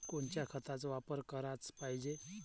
कोनच्या खताचा वापर कराच पायजे?